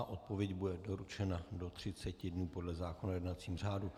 Odpověď bude doručena do 30 dnů podle zákona o jednacím řádu.